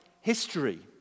history